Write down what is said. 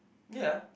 ya